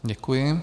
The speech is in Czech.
Děkuji.